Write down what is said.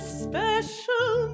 special